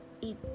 eat